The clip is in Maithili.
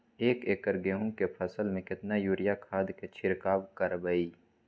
एक एकर गेहूँ के फसल में केतना यूरिया खाद के छिरकाव करबैई?